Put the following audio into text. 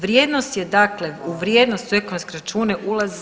Vrijednost je dakle u vrijednost u ekonomske račune ulazi.